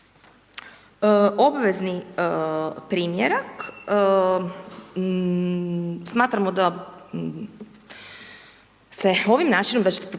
obvezni primjerak smatramo da se ovim načinom da će se potpisat